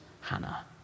Hannah